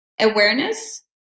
awareness